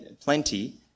plenty